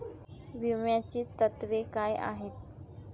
विम्याची तत्वे काय आहेत?